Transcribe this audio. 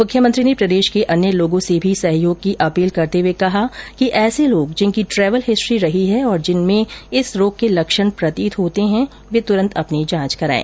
मुख्यमंत्री ने प्रदेश के अन्य लोगों से भी सहयोग की अपील करते हुए कहा है कि ऐसे लोग जिनकी ट्रेवल हिस्ट्री रही है और जिनमें इस रोग के लक्षण प्रतीत होते है वे तुंरत अपनी जांच करायें